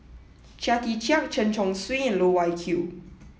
Chia Tee Chiak Chen Chong Swee and Loh Wai Kiew